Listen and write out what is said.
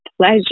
pleasure